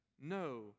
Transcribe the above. no